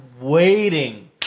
waiting